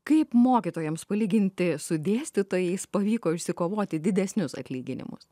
kaip mokytojams palyginti su dėstytojais pavyko išsikovoti didesnius atlyginimus